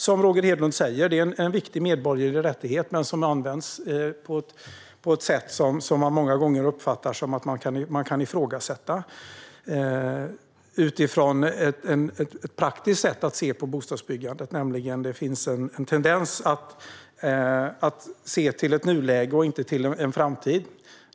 Som Roger Hedlund säger är detta en viktig medborgerlig rättighet, men den används på ett sätt som man många gånger uppfattar att man kan ifrågasätta utifrån ett praktiskt sätt att se på bostadsbyggandet. Det finns en tendens att se bara till nuläget och inte till framtiden.